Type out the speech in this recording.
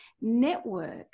network